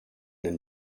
den